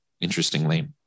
Interestingly